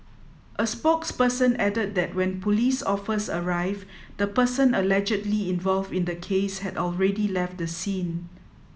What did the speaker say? a spokesperson added that when police offers arrived the person allegedly involved in the case had already left the scene